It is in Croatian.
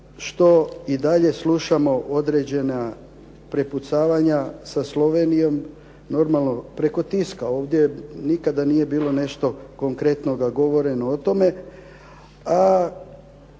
što i dalje slušamo određena prepucavanja sa Slovenijom, normalno preko tiska. Ovdje nikada nije bilo nešto konkretnoga govoreno o tome,